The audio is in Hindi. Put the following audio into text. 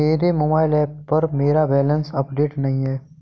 मेरे मोबाइल ऐप पर मेरा बैलेंस अपडेट नहीं है